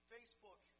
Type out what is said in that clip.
Facebook